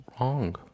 wrong